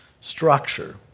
structure